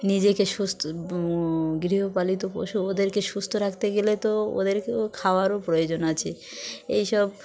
নিজেকে সুস্থ গৃহপালিত পশু ওদেরকে সুস্থ রাখতে গেলে তো ওদেরকেও খাবারও প্রয়োজন আছে এই সব